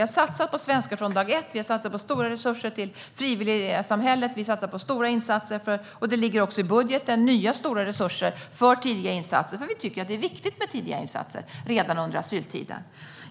har satsat på svenska från dag ett och på stora resurser till frivilligsamhället. I budgeten ligger nya stora resurser till tidiga insatser, för vi tycker att det är viktigt med insatser redan under asyltiden.